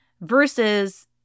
versus